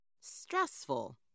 Stressful